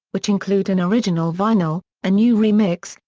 which include an original vinyl, a new remix,